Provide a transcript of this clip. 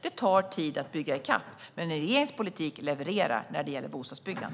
Det tar tid att bygga i kapp, men regeringens politik levererar när det gäller bostadsbyggande.